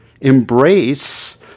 Embrace